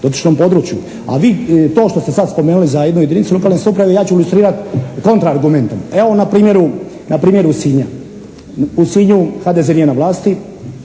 dotičnom području. A vi to što ste sad spomenuli za jednu jedinicu lokalne samouprave ja ću ilustrirati kontra argumentom. Evo na primjeru, na primjeru Sinja. U Sinju HDZ nije na vlasti